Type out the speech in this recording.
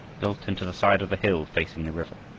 built into the side of the hill facing the river.